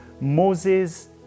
Moses